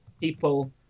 people